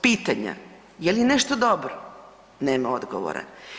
Pitanja, je li nešto dobro, nema odgovora.